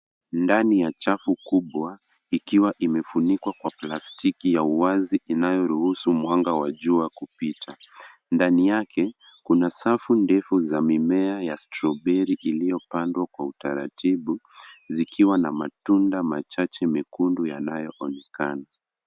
Ndani ya chafu kubwa, ikiwa imefunikwa kwa plastiki ya uwazi inayoruhusu mwanga wa jua kupita. Ndani yake kuna safu ndefu za mimea ya strawberry iliyopandwa kwa utaratibu , zikiwa na matunda machache mekundu yanayoonekana.